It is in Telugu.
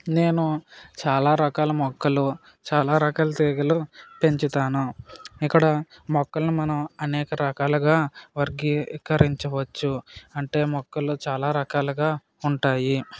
నేను చాలా రకాలు మొక్కలు చాలా రకాల తీగలు పెంచుతాను ఇక్కడ మొక్కలను మనం అనేక రకాలుగా వర్గీకరించవచ్చు అంటే మొక్కలు చాలా రకాలుగా ఉంటాయి